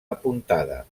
apuntada